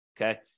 okay